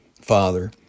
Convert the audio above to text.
Father